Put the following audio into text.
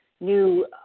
new